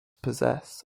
possess